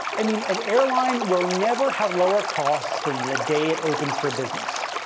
i mean, an airline will never have lower costs than the day it opens for business.